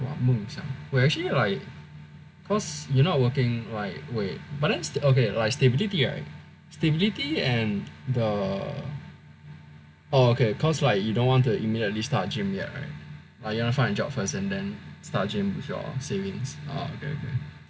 !wah! 梦想 but actually like cause you're not working right wait but then okay like stability right stability and the oh okay cause like you don't want to immediately start gym yet right like you want to find a job first then start a gym with your savings ah okay